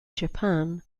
japan